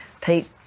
Pete